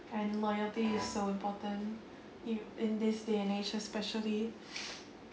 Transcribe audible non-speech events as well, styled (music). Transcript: and loyalty is so important in in this day and age especially (breath)